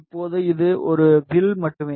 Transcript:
இப்போது இது ஒரு வில் மட்டுமே